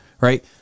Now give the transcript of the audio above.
right